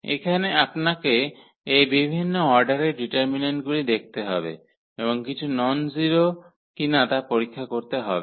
এখানে আপনাকে এই বিভিন্ন অর্ডারের ডিটারমিন্যান্টগুলি দেখতে হবে এবং কিছু ননজারো কিনা তা পরীক্ষা করতে হবে